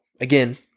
again